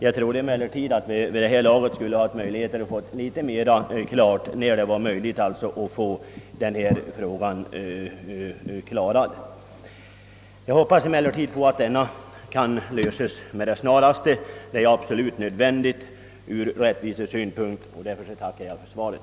Jag trodde emellertid att det vid det här laget skulle finnas utsikt att få ett något klarare besked om när det skulle bli möjligt att få frågan avgjord. Jag hoppas emellertid att problemet skall lösas med det snaraste. Det är nödvändigt ur rättvisesynpunkt. Jag tackar ännu en gång för svaret.